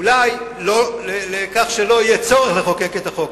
אולי לכך שלא יהיה צורך לחוקק את החוק,